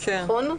נכון?